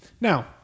Now